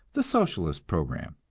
the socialist program.